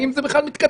האם זה בכלל מתכתב,